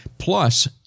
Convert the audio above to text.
Plus